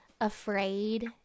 afraid